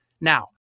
Now